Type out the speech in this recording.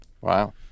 Wow